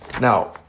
Now